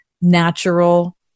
natural